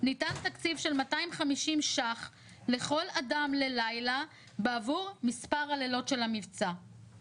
ניתן תקציב של 250 ₪ לכל אדם ללילה בעבור מספר הלילות של המבצע.